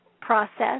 process